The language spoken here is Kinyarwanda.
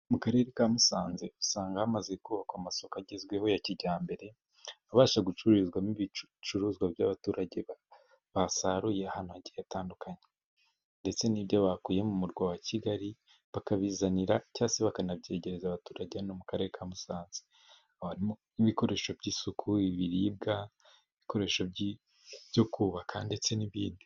Mu karere ka Musanze usanga hamaze kubakwa amasoko agezweho ya kijyambere, abasha gucururizwamo ibicuruzwa by'abaturage basaruye ahantu hagiye hatandukanye, ndetse n'ibyo bakuye mu murwa wa Kigali ,bakabizanira cyangwa se bakanabyegereza abaturage, hano mu karere ka Musanze ,aho harimo n'ibikoresho by'isuku ,ibiribwa ibikoresho byo kubaka ndetse n'ibindi.